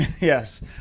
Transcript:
Yes